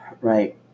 Right